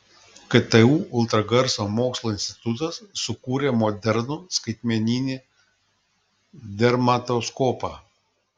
ktu ultragarso mokslo institutas sukūrė modernų skaitmeninį dermatoskopą